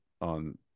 on